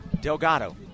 Delgado